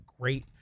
great